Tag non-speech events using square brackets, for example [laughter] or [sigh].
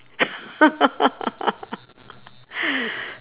[laughs]